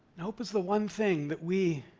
and hope is the one thing that we,